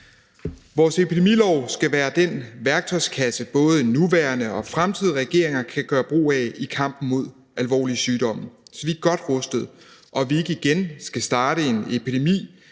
Vores epidemilov skal være den værktøjskasse, både nuværende og fremtidige regeringer kan gøre brug af i kampen mod alvorlig sygdom, så vi er godt rustet og ikke igen ved udbrud af en epidemi